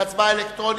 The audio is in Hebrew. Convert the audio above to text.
בהצבעה אלקטרונית.